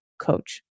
coach